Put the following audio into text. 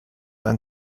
ein